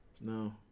no